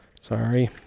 sorry